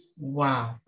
wow